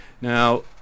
Now